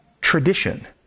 tradition